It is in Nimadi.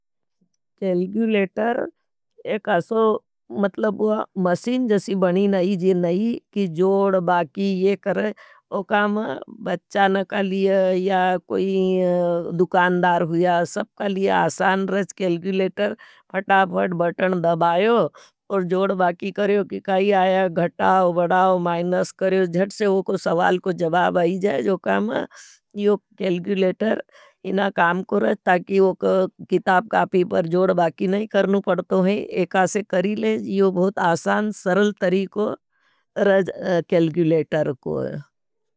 केल्क्यूलेटर एक असो मतलब वह मशीन जासी बनी नहीं जी नहीं। की जोड बाकी ये करें वो काम बच्चा नका लिये या कोई दुकानदार हुया। सबका लिये आसान रच केल्क्यूलेटर फटाफट बटन दबायो। और जोड बाकी करें कि काई आया गटाओ बड़ाओ माइनस करें। जट से वो कोई सवाल कोई जबाब आई जाए जो काम है यो केल्क्यूलेटर इना काम करें। ताकि वो गिताब कापी पर जोड बाकी नहीं करनू पड़तो हैं। एक आसे करी ले यो बहुत आसान सरल तरीको रच केल्क्यूलेटर को।